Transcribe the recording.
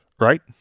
right